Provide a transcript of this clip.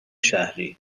شهری